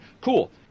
cool